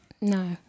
no